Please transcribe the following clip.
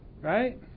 Right